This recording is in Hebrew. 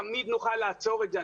תמיד נוכל לעצור את זה.